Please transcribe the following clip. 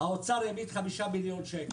האוצר יגיד 5 מיליון שקל.